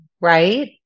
right